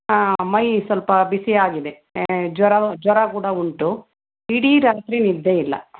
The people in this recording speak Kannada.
ಮೈ ಸ್ವಲ್ಪ ಬಿಸಿಯಾಗಿದೆ ಜ್ವರ ಜ್ವರ ಕೂಡ ಉಂಟು ಇಡೀ ರಾತ್ರಿ ನಿದ್ದೆಯಿಲ್ಲ